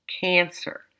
cancer